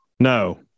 No